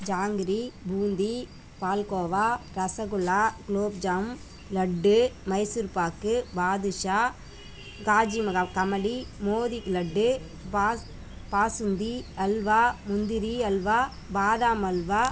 ஜாங்கிரி பூந்தி பால்கோவா ரசகுல்லா குலோப்ஜாம் லட்டு மைசூர்பாக்கு பாதுஷா காஜுமஹா கமலி மோதி லட்டு பாஸ் பாஸுந்தி அல்வா முந்திரி அல்வா பாதாம் அல்வா